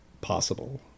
possible